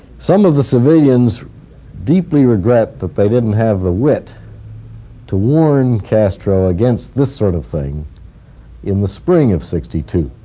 some of the civilians deeply regret that they didn't have the wit to warn against this sort of thing in the spring of sixty two,